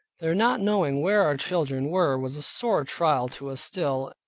their not knowing where our children were was a sore trial to us still,